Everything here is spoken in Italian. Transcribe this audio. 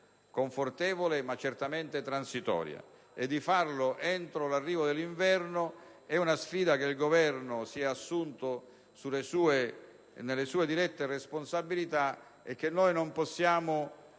confortevole, ma certamente transitoria, e di farlo entro l'arrivo dell'inverno; una sfida che il Governo si è assunto nelle sue dirette responsabilità e che noi non possiamo,